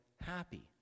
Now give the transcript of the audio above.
happy